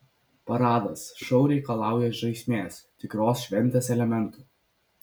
paradas šou reikalauja žaismės tikros šventės elementų